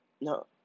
No